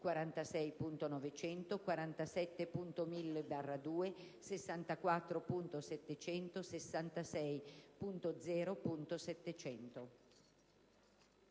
46. 900, 47.1000/2, 64.700 e 66.0.700».